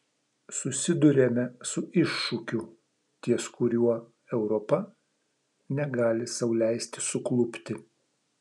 susiduriame su iššūkiu ties kuriuo europa negali sau leisti suklupti